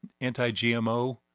anti-GMO